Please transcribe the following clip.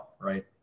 right